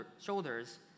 shoulders